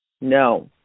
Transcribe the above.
No